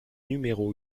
numéro